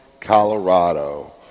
Colorado